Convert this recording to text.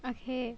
okay